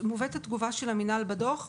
מובאת התגובה של המינהל בדוח,